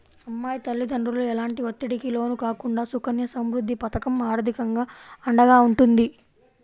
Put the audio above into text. అమ్మాయి తల్లిదండ్రులు ఎలాంటి ఒత్తిడికి లోను కాకుండా సుకన్య సమృద్ధి పథకం ఆర్థికంగా అండగా ఉంటుంది